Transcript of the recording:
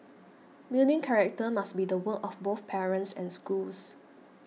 building character must be the work of both parents and schools